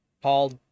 Paul